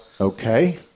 Okay